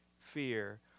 fear